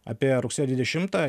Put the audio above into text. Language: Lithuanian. apie rugsėjo dvidešimtą